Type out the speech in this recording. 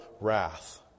wrath